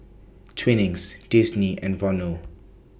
Twinings Disney and Vono